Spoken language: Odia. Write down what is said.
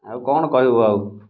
ଆଉ କ'ଣ କହିବୁ ଆଉ